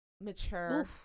mature